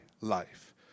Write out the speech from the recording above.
life